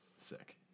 Sick